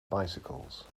bicycles